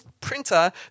printer